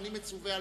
ואני מצווה על-פיו.